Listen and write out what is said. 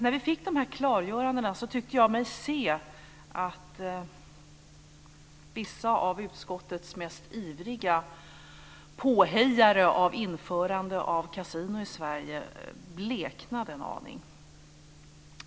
När vi fick dem så tyckte jag mig se att vissa av utskottets mest ivriga påhejare av införande av kasinon i Sverige bleknade en aning.